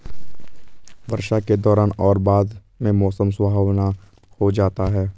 वर्षा के दौरान और बाद में मौसम सुहावना हो जाता है